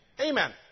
Amen